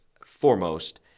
foremost